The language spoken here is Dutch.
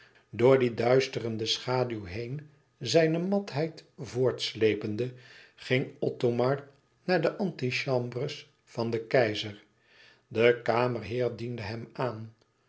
door die duisterende schaduw heen zijne matheid voortslepende ging othomar naar de antichambres van den keizer de kamerheer diende hem aan